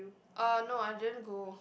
uh no I didn't go